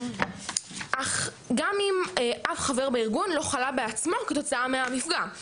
אך גם אם אף חבר בארגון לא חלה בעצמו כתוצאה מהמפגע,